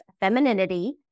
femininity